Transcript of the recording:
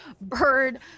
bird